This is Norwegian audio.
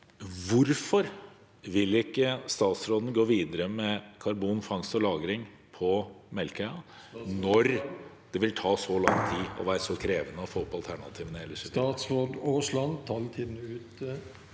Hvorfor vil ikke statsråden gå videre med karbonfangst og -lagring på Melkøya når det vil ta så lang tid og være så krevende å få opp alternativene … (presidenten